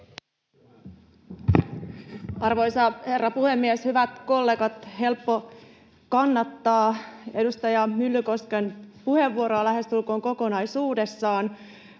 Arvoisa herra puhemies! Hyvät kollegat! On helppoa kannattaa edustaja Myllykosken puheenvuoroa lähestulkoon kokonaisuudessaan,